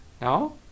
no